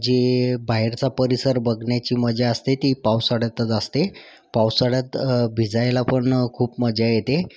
जे बाहेरचा परिसर बघण्याची मजा असते ती पावसाळ्यातच असते पावसाळ्यात भिजायला पण खूप मजा येते